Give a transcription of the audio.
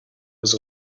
was